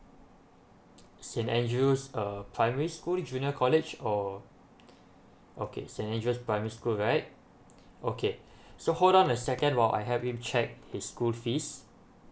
st andrew's uh primary school junior college or okay st andrew's primary school right okay so hold on a second while I help you check his school fees